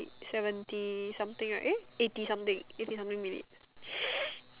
seventy something right eh eighty something eighty something minute